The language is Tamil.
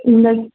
இந்த